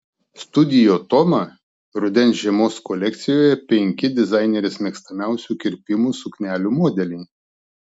studio toma rudens žiemos kolekcijoje penki dizainerės mėgstamiausių kirpimų suknelių modeliai